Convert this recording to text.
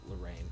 Lorraine